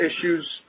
issues